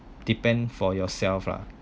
depend for yourself lah